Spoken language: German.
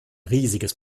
riesiges